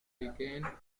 began